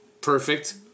Perfect